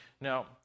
Now